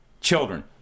children